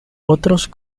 otros